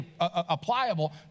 applicable